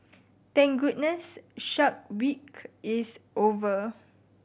thank goodness Shark Week is over